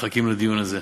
מחכים לדיון הזה.